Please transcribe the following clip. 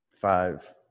five